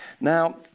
Now